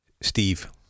Steve